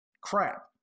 crap